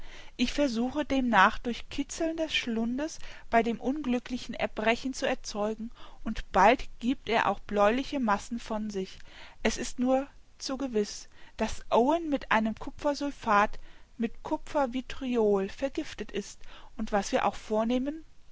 ich versuche demnach durch kitzeln des schlundes bei dem unglücklichen erbrechen zu erzeugen und bald giebt er auch bläuliche massen von sich es ist nur zu gewiß daß owen mit einem kupfersulfat mit kupfervitriol vergiftet ist und was wir auch vornehmen